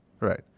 Right